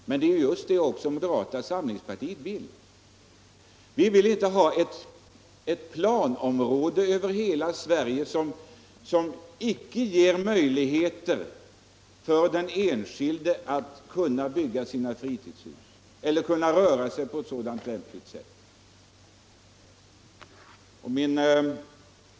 Det är också detta moderata samlingspartiet vill. Vi vill inte ha ett planområde över hela Sverige som inte ger den enskilde möjlighet att bygga fritidshus.